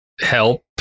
help